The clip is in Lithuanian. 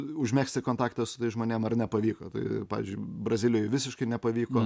užmegzti kontaktą su tais žmonėm ar nepavyko tai pavyzdžiui brazilijoj visiškai nepavyko